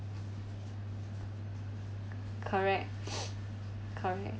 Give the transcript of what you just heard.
correct correct